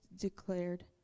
declared